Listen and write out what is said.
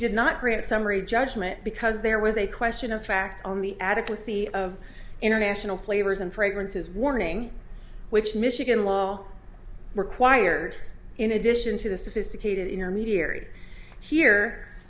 did not grant summary judgment because there was a question of fact on the adequacy of international players and fragrances warning which michigan law required in addition to the sophisticated intermediary here